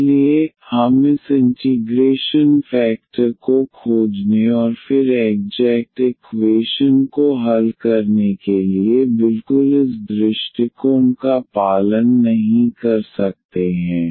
इसलिए हम इस इंटीग्रेशन फेकटर को खोजने और फिर एग्जेक्ट इक्वेशन को हल करने के लिए बिल्कुल इस दृष्टिकोण का पालन नहीं कर सकते हैं